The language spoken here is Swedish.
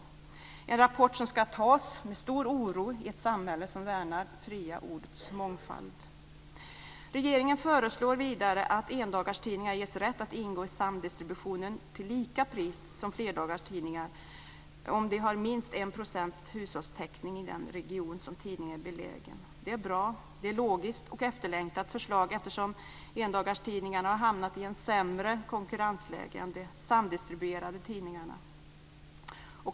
Det är en rapport som ska tas emot med stor oro i ett samhälle som värnar det fria ordets mångfald. Regeringen föreslår vidare att endagstidningar ges rätt att ingå i samdistributionen till samma pris som flerdagarstidningar om de har minst 1 % hushållstäckning i den region där tidningen är belägen. Det är bra. Det är ett logiskt och efterlängtat förslag eftersom endagstidningarna har hamnat i ett sämre konkurrensläge än de samdistribuerade tidningarna.